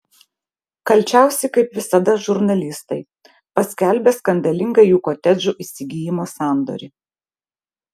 kalčiausi kaip visada žurnalistai paskelbę skandalingą jų kotedžų įsigijimo sandorį